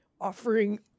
offering